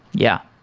yeah.